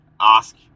ask